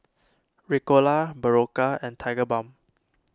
Ricola Berocca and Tigerbalm